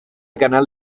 canal